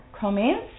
comments